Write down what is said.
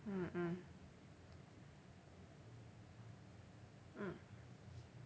mm mm mm